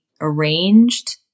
arranged